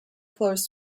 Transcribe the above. flows